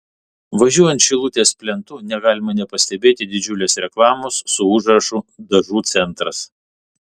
važiuojant šilutės plentu negalima nepastebėti didžiulės reklamos su užrašu dažų centras